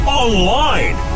online